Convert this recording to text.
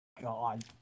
god